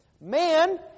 Man